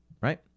right